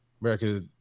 America